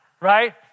right